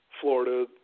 Florida